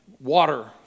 water